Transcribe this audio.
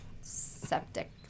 septic